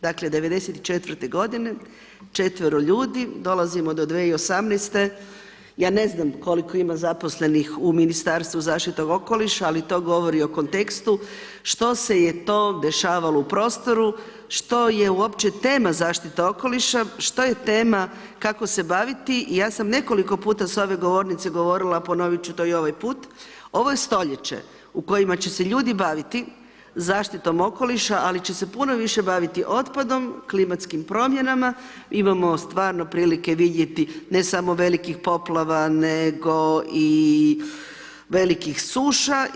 Dakle '94. g. 4 ljudi, dolazimo do 2018. ja ne znam koliko ima zaposlenih u Ministarstvu zaštite okoliša, ali to govori u kontekstu, što se je to dešavalo u prostoru, što je uopće tema zaštite okoliša, što je tema kako se baviti i ja sam nekoliko puta s ove govornice, govorila, a ponoviti ću to i ovaj put, ovo je stoljeće u kojima će se ljudi baviti zaštitom okoliša ali će se puno više baviti otpadom, klimatskim promjenama, imamo stvarno prilike vidjeti ne samo velikih poplava, nego i velikih suša.